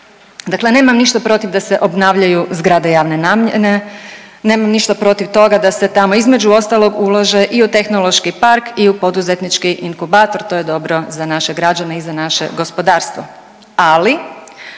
dakle nemam ništa protiv da se obnavljaju zgrade javne namjene, nemam ništa protiv toga da se tamo između ostalog ulaže i u tehnološki park i u poduzetnički inkubator to je dobro za naše građane i za naše gospodarstvo,